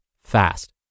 fast